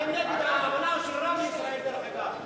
הצעת הסיכום שהביא חבר הכנסת ג'מאל זחאלקה לא נתקבלה.